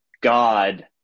God